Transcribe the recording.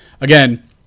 again